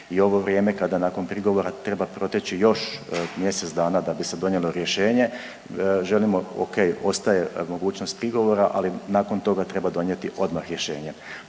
i ovo vrijeme kada nakon prigovora treba proteći još mjesec dana da bi se donijelo rješenje želimo, okej, ostaje mogućnost prigovora, ali nakon toga treba donijeti odmah rješenje,